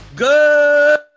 Good